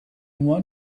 one